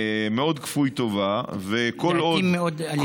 מאוד כפוי טובה, לעיתים מאוד אלים.